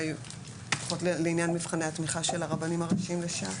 לפחות לעניין מבחני התמיכה של הרבנים הראשים לשעבר,